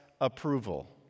approval